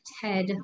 Ted